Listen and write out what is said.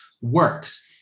works